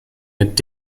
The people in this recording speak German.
mit